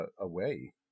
away